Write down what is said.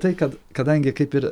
tai kad kadangi kaip ir